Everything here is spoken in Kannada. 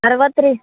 ಅರವತ್ತು ರೀ